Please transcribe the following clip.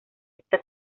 esta